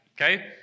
Okay